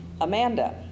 Amanda